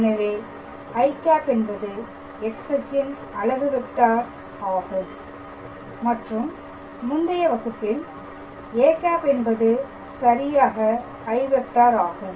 எனவே i என்பது X அச்சின் அலகு வெக்டார் ஆகும் மற்றும் முந்தைய வகுப்பில் a என்பது சரியாக i ஆகும்